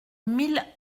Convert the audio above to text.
mille